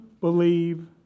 believe